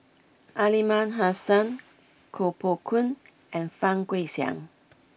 Aliman Hassan Koh Poh Koon and Fang Guixiang